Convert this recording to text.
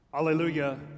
Hallelujah